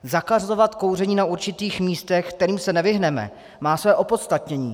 Zakazovat kouření na určitých místech, kterým se nevyhneme, má své opodstatnění.